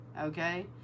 Okay